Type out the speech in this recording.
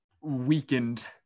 weakened